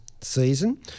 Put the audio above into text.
season